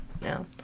no